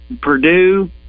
Purdue